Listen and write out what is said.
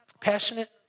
Passionate